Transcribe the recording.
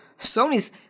Sony's